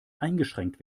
eingeschränkt